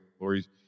Lori's